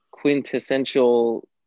quintessential